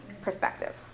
perspective